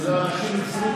אנשים החזירו כספים.